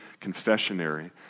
confessionary